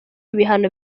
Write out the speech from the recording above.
ibihano